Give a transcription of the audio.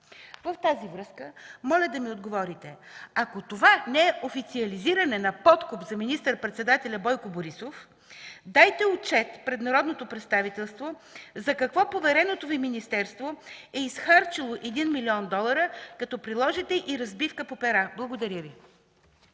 с това, моля да ми отговорите: ако това не е официализиране на подкуп за министър-председателя Бойко Борисов, дайте отчет пред народното представителство за какво повереното Ви министерство е изхарчило 1 млн. долара, като приложите и разбивка по пера. Благодаря Ви.